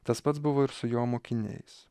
tas pats buvo ir su jo mokiniais